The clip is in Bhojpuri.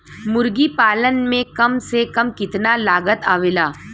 मुर्गी पालन में कम से कम कितना लागत आवेला?